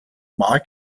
mark